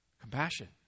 Compassion